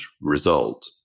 result